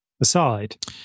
aside